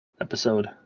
episode